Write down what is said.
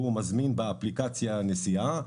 הוא מזמין באפליקציה נסיעה,